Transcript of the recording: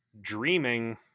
Dreaming